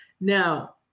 Now